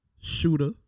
Shooter